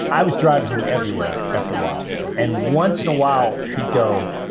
i was driving him everywhere. after a while and once in a while he'd go.